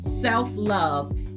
self-love